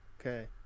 Okay